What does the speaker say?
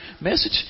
message